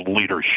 leadership